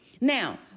Now